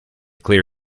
clear